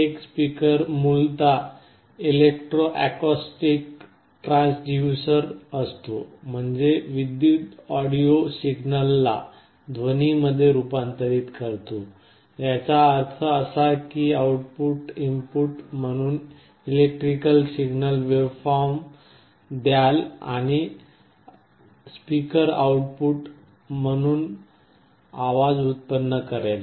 एक स्पीकर मूलत electro acoustic transducer असतो म्हणजे विद्युत ऑडिओ सिग्नलला ध्वनी मध्ये रूपांतरित करतो याचा अर्थ असा की आपण इनपुट म्हणून इलेक्ट्रिकल सिग्नल वेव्हफॉर्म द्याल आणि स्पीकर आउट पुट म्हणून आवाज उत्पन्न करेल